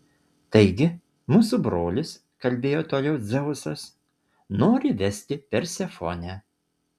taigi mūsų brolis kalbėjo toliau dzeusas nori vesti persefonę